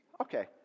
Okay